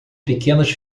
pequenas